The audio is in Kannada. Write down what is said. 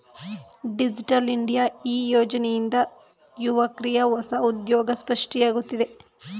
ಡಿಜಿಟಲ್ ಇಂಡಿಯಾ ಈ ಯೋಜನೆಯಿಂದ ಯುವಕ್ರಿಗೆ ಹೊಸ ಉದ್ಯೋಗ ಸೃಷ್ಟಿಯಾಗುತ್ತಿದೆ